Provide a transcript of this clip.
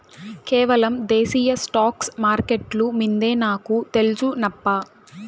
కేవలం దేశీయ స్టాక్స్ మార్కెట్లు మిందే నాకు తెల్సు నప్పా